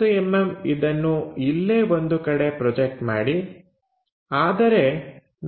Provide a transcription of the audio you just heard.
30mm ಇದನ್ನು ಇಲ್ಲೇ ಒಂದು ಕಡೆ ಪ್ರೊಜೆಕ್ಟ್ ಮಾಡಿ ಆದರೆ